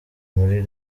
muri